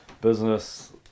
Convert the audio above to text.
business